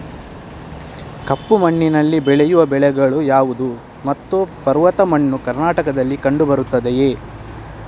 ಕಪ್ಪು ಮಣ್ಣಿನಲ್ಲಿ ಬೆಳೆಯುವ ಬೆಳೆಗಳು ಯಾವುದು ಮತ್ತು ಪರ್ವತ ಮಣ್ಣು ಕರ್ನಾಟಕದಲ್ಲಿ ಕಂಡುಬರುತ್ತದೆಯೇ?